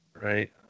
Right